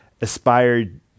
aspired